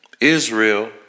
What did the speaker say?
Israel